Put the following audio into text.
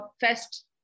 fest